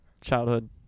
childhood